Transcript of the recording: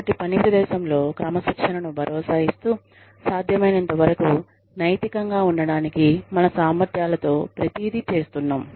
కాబట్టి పని ప్రదేశంలో క్రమశిక్షణను భరోసా ఇస్తూ సాధ్యమైనంతవరకు నైతికంగా ఉండటానికి మన సామర్థ్యాల తో ప్రతిదీ చేస్తున్నాం